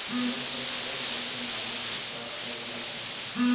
labour cheque सभे bank के माध्यम से प्राप्त करल जा सको हय